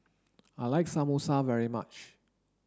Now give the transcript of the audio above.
I like Samosa very much